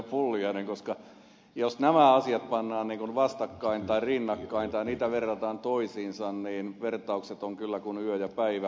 pulliainen koska jos nämä asiat pannaan vastakkain tai rinnakkain tai niitä verrataan toisiinsa niin vertaukset ovat kyllä kuin yö ja päivä eroavaisia toisistaan